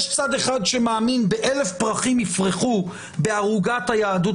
יש צד אחד שמאמין ב"אלף פרחים יפרחו בערוגת היהדות